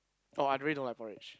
oh I really don't like porridge